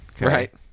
right